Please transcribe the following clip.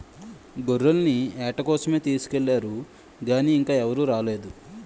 గొర్రెల్ని ఏట కోసమే తీసుకెల్లారు గానీ ఇంకా ఎవరూ రాలేదు